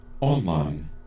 online